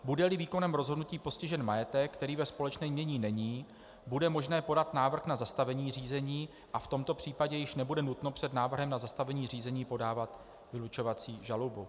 Budeli výkonem rozhodnutí postižen majetek, který ve společném jmění není, bude možné podat návrh na zastavení řízení a v tomto případě již nebude nutno před návrhem na zastavení řízení podávat vylučovací žalobu.